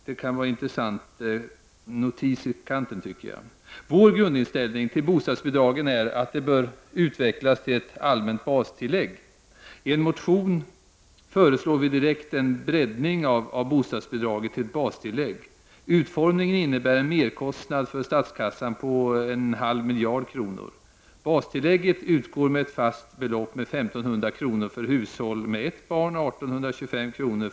Detta kan vara en intressant notis i kanten. Vår grundinställning till bostadbidragen är att de bör utvecklas till ett allmänt bastillägg. I en motion föreslår vi direkt en breddning av bostadsbidraget till ett bastillägg. Utformningen innebär en merkostnad för statskassan på 0,5 miljarder kronor. Bastillägget föreslås utgå med ett fast belopp med 1 500 kr. för hushåll med ett barn, 1 825 kr.